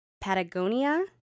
Patagonia